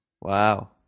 Wow